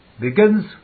begins